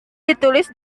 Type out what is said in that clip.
ditulis